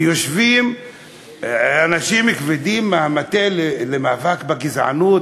ויושבים אנשים כבדים מהמטה למאבק בגזענות,